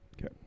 Okay